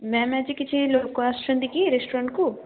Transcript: ma'am ଆଜି କିଛି ଲୋକ ଆସୁଛନ୍ତି କି ରେଷ୍ଟରୁରାଣ୍ଟ୍କୁ